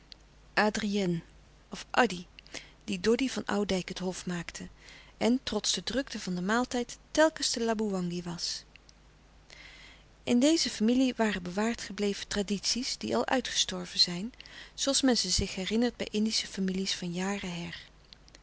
adrien of addy die doddy van oudijck het hof maakte en trots de drukte van den maal tijd telkens te laboewangi was in deze familie waren bewaard gebleven traditie's die al uitgestorven zijn zooals men zich ze herinnert bij indische familie's van jaren her